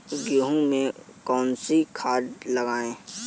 गेहूँ में कौनसी खाद लगाएँ?